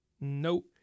nope